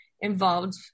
involved